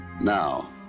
Now